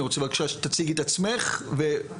אני רוצה בבקשה שתציגי את עצמך שיזמת,